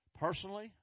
Personally